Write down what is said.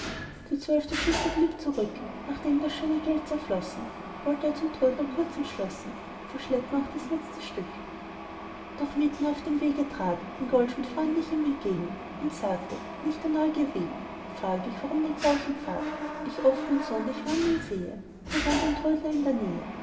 die zwölfte schüssel blieb zurück nachdem das schöne geld zerflossen wollt er zum trödler kurz entschlossen verschleppen auch dies letzte stück doch mitten auf dem wege trat ein goldschmied freundlich ihm entgegen und sagte nicht der neugier wegen frag ich warum den gleichen pfad ich oft mein sohn dich wandeln sehe hier wohnt ein trödler in der nähe